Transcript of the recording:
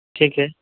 ٹھیک ہے